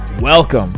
Welcome